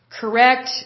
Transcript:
correct